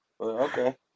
Okay